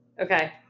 Okay